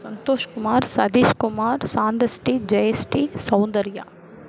Santhoshkumar Sathishkumar Shanthasri Jayasri Soundarya